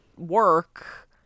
Work